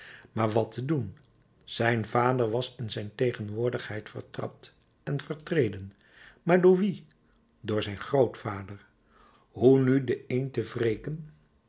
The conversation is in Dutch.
maar wat te doen zijn vader was in zijn tegenwoordigheid vertrapt en vertreden maar door wien door zijn grootvader hoe nu den een te wreken